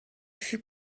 fut